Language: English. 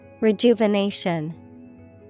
Rejuvenation